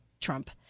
Trump